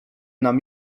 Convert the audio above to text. nam